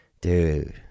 Dude